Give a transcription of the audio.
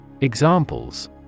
Examples